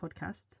podcast